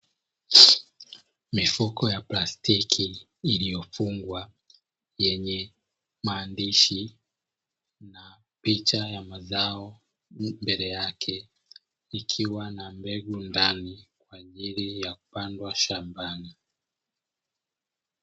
Mifuko ya plastiki iliyofungwa, yenye maandishi na picha ya mazao mbele yake, ikiwa na mbegu ndani kwa ajili ya kupandwa shambani.